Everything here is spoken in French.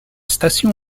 station